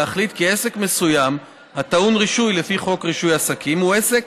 להחליט כי עסק מסוים הטעון רישוי לפי חוק רישוי עסקים הוא עסק